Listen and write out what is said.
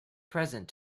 present